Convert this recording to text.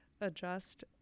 adjust